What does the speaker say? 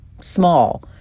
small